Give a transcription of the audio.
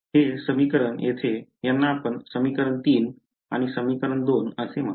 हे समीकरण येथे यांना आपण समीकरण 3 आणि समीकरण 2 असे म्हणू